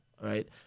right